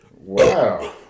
Wow